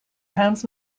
pounds